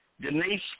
Denise